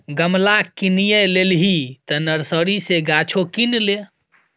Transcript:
गमला किनिये लेलही तँ नर्सरी सँ गाछो किन ले